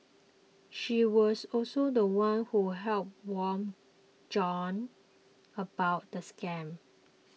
she was also the one who helped warn John about the scam